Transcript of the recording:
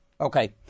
Okay